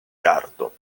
gardo